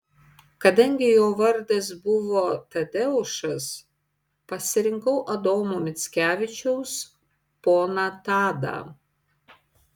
kadangi jo vardas buvo tadeušas pasirinkau adomo mickevičiaus poną tadą